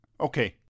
Okay